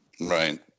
Right